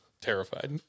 terrified